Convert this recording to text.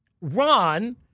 Ron